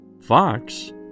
Fox